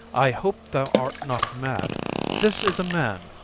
i hope thou art not mad this is a man,